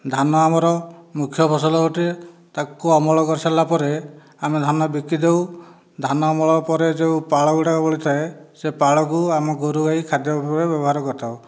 ଧାନ ଆମର ମୁଖ୍ୟ ଫସଲ ଅଟେ ତାକୁ ଅମଳ କରିସାରିଲା ପରେ ଆମେ ଧାନ ବିକି ଦେଉ ଧାନ ଅମଳ ପରେ ଯେଉଁ ପାଳ ଗୁଡ଼ାକ ବଳି ଥାଏ ସେ ପାଳ କୁ ଆମ ଗୋରୁ ଗାଈ ଖାଦ୍ୟ ଭାବରେ ବ୍ୟବହାର କରିଥାଉ